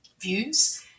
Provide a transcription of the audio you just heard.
views